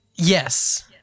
Yes